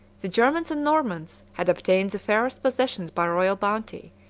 the germans and normans, had obtained the fairest possessions by royal bounty,